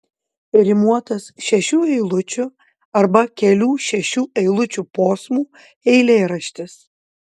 rimuotas šešių eilučių arba kelių šešių eilučių posmų eilėraštis